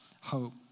hope